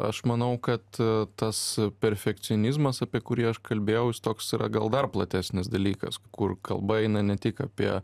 aš manau kad tas perfekcionizmas apie kurį aš kalbėjau jis toks yra gal dar platesnis dalykas kur kalba eina ne tik apie